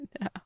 No